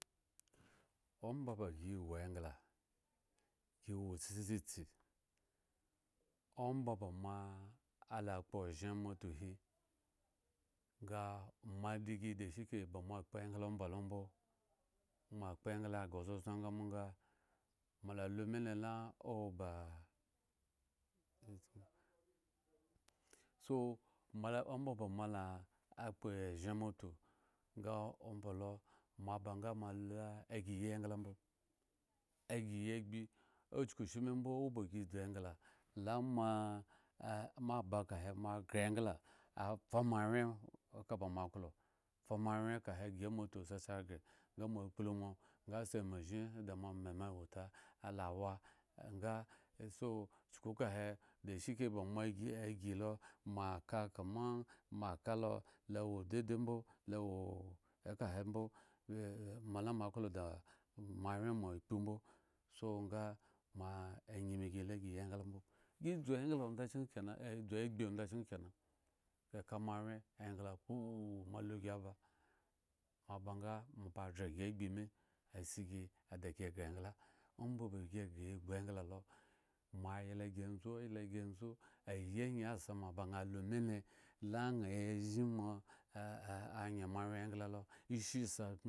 Omba ba gi wo engla gi wo tsitsitsi, omba ba moala akpo ohzen amotu hi nga moadigi da shike ba moakpo engla omba lo mbo, mo akpo engla ghre zozon nga mbo nga, moala lu mile owo ba so mola omba ba, moala kpo ezhen motu nga ombalo moaba nga lula agi yi engla mbo agi yi agbi ochukushimi mbo oba gi dzu engla la moe a aba kahe moaghre engla afa moawyen aka ba moaklo afamoawyen kahe ygi motu asi aghre nga mo kplu mo nga si manzhi ada mo amami wuta la wa nga so chuku kahe de shike ba mo ag agi lo moaka kama moakalo lo wo dede mbo, lowo ekahe mbo, mo lamo aklo da moawyen mo akpu mbo, so nga moanyimi gi la gi yi engla mbo gi engla onda ŋkin kena dzu agbi ondachken he kena gi eka moawyengla phunu moalu gi aba mo aba nga mo aba ghra gi agbi mi asi gi adagi omba ba gi eghre ya egbu engla lo mo ayla gi antzu yla gi antzu ayi angyi atsema ba ŋha lu mile la ya zhin mo anye, moawyen ngla lo.